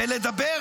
ולדבר,